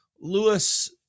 Lewis